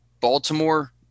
Baltimore